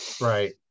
right